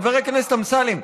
חבר הכנסת אמסלם,